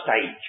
stage